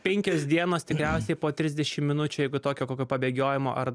penkios dienos tikriausiai po trisdešimt minučių jeigu tokio kokio pabėgiojimo ar